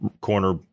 corner